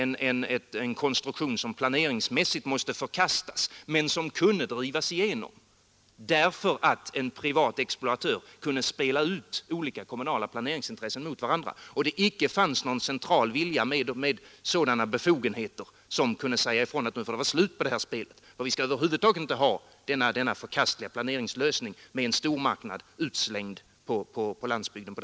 Det var en konstruktion som planeringsmässigt måste förkastas men som kunde drivas igenom därför att en privat exploatör kunde spela ut olika kommunala planeringsintressen mot varandra och därför att det icke fanns någon central vilja med befogenhet att säga ifrån att det fick vara slut på det här spelet och att man över huvud taget inte skulle ha denna planeringsmässigt förkastliga lösning med en stormarknad utslängd på landsbygden.